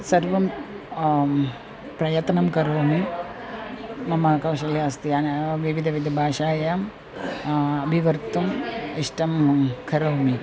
सर्वं प्रयत्नं करोमि मम कौशल्या अस्ति अन विविध विधभाषायां अभिवर्धुं इष्टं करोमि